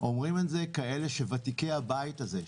אומרים את זה ותיקי הבית הזה,